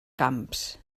camps